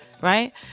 Right